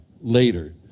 later